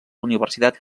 universitat